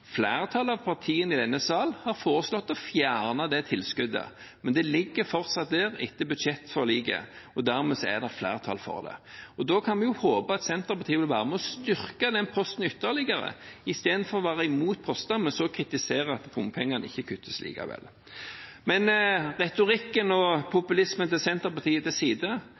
Flertallet av partiene i denne salen har foreslått å fjerne dette tilskuddet, men det ligger fortsatt der – etter budsjettforliket – og dermed er det flertall for det. Da kan vi jo håpe at Senterpartiet vil være med og styrke den posten ytterligere, istedenfor å være imot posten, men så kritisere at bompengene ikke kuttes likevel. Retorikken og populismen til Senterpartiet til side